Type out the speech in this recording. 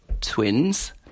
twins